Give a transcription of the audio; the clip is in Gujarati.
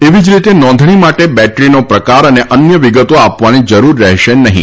એવી જ રીતે નોંધણી માટે બેટરીનો પ્રકાર અને અન્ય વિગતો આપવાની જરૂર રહેશે નહીં